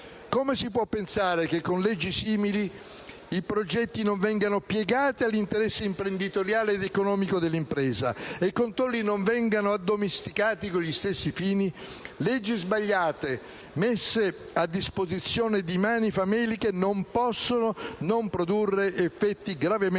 Come si può pensare che, con leggi simili, i progetti non vengano piegati all'interesse imprenditoriale ed economico dell'impresa e i controlli non vengano addomesticati con gli stessi fini? Leggi sbagliate, messe a disposizione di mani fameliche non possono non produrre effetti gravemente